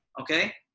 okay